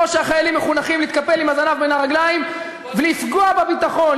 או שהחיילים מחונכים להתקפל עם הזנב בין הרגליים ולפגוע בביטחון,